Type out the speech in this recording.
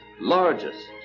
largest